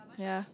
ya